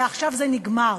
ועכשיו זה נגמר,